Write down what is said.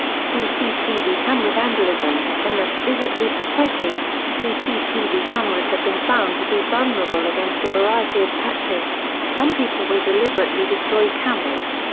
cctv camera vandalism unless physically protected, cctv cameras have been found to be vulnerable against a variety of tactics some people will deliberately destroy cameras.